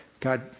God